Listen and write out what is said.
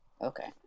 Okay